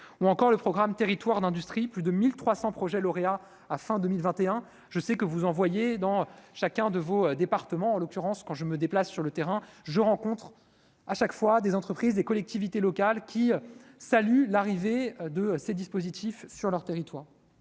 ou encore le programme territoires d'industrie, plus de 1300 projets lauréats à fin 2021, je sais que vous envoyez dans chacun de vos départements, en l'occurrence, quand je me déplace sur le terrain, je rencontre à chaque fois des entreprises, des collectivités locales qui salue l'arrivée de ces dispositifs sur leur territoire